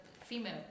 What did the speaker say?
female